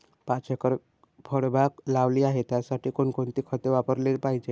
पाच एकर फळबाग लावली आहे, त्यासाठी कोणकोणती खते वापरली पाहिजे?